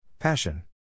Passion